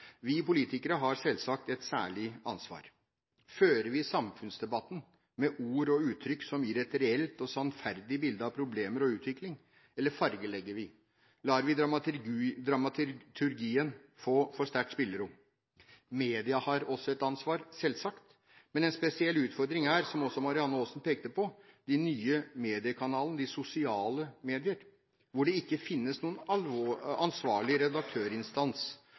Vi politikere har selvsagt et særlig ansvar. Fører vi samfunnsdebatten med ord og uttrykk som gir et reelt og sannferdig bilde av problemene og utviklingen, eller fargelegger vi? Lar vi dramaturgien få for sterkt spillerom? Media har også et ansvar, selvsagt. En spesiell utfordring her er – som også Marianne Aasen pekte på – de nye mediekanalene, de sosiale medier, hvor det ikke finnes noen ansvarlig redaktørinstans